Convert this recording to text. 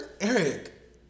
Eric